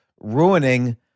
ruining